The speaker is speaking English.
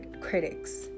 critics